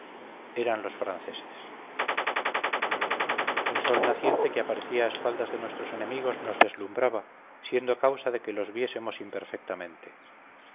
eran los franceses el sol naciente que aparecía a espaldas de nuestros enemigos nos deslumbraba siendo causa de que los viésemos imperfectamente